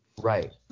Right